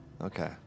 okay